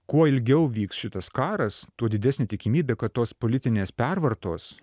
kuo ilgiau vyks šitas karas tuo didesnė tikimybė kad tos politinės pervartos